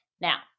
Now